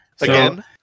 again